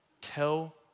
Tell